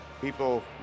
people